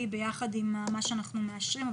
ביחד עם מה שאנחנו מה שאנחנו מאשרים.